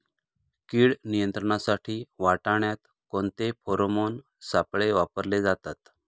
कीड नियंत्रणासाठी वाटाण्यात कोणते फेरोमोन सापळे वापरले जातात?